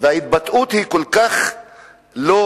וההתבטאות היא כל כך לא